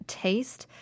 taste